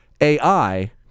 AI